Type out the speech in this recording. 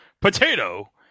Potato